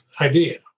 idea